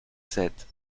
sept